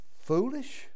foolish